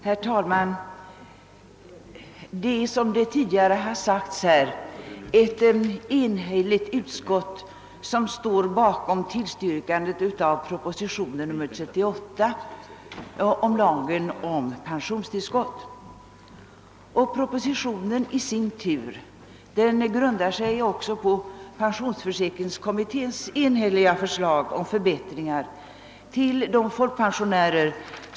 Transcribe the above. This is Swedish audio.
Herr talman! Som tidigare sagts är det ett enhälligt utskott som står bakom tillstyrkandet av propositionen nr 38 med förslag till lag om pensionstillskott, och propositionen i sin tur grundar sig på pensionsförsäkringskommitténs enhälliga förslag om förbättringar till de folkpensionärer.